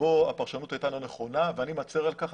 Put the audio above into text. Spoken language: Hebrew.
שבו הפרשנות הייתה לא נכונה ואני מצר על כך.